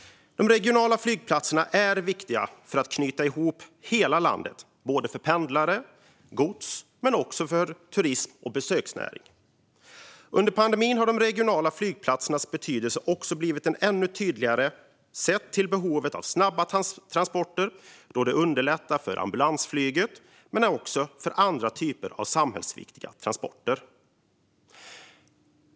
De regionala flygplatserna är viktiga för att knyta ihop hela landet, för pendlare, gods, turism och besöksnäring. Under pandemin har de regionala flygplatsernas betydelse också blivit ännu tydligare sett till behovet av snabba transporter då de underlättar för ambulansflyget liksom andra typer av samhällsviktiga transporter.